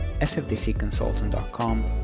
sfdcconsultant.com